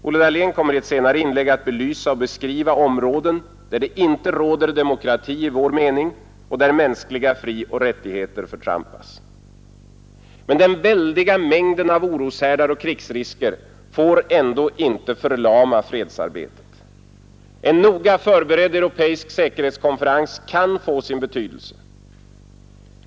Olle Dahlén kommer i ett senare inlägg att belysa och beskriva områden där det inte råder demokrati i vår mening och där mänskliga frioch rättigheter förtrampas. Men den väldiga mängden av oroshärdar och krigsrisker får inte förlama fredsarbetet. En noga förberedd europeisk säkerhetskonferens kan få sin betydelse.